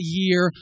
year